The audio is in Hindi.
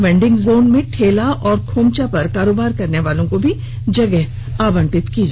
वेंडिंग जोन में ठेला और खोमचा पर कारोबार करने वालों पर भी जगह आवंटित की जाएगी